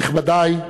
נכבדי,